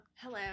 hello